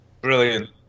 brilliant